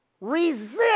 Resist